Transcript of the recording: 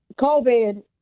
COVID